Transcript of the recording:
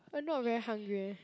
I not very hungry eh